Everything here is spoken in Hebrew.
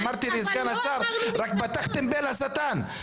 אמרתי לסגן השר, פתחתם פה לשטן.